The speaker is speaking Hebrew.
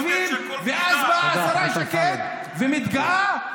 יישובים, ואז באה השרה שקד ומתגאה: